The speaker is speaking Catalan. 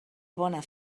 bona